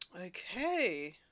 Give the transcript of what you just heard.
Okay